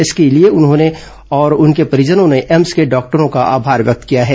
इसके लिए उन्होंने और उनके परिजनों ने एम्स के डॉक्टरों का आभार व्यक्त किया है